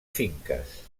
finques